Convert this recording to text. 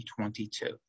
2022